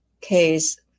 case